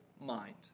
mind